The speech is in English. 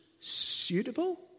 suitable